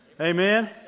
Amen